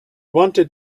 wanted